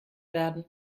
werden